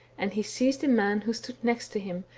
and he seized a man who stood next him,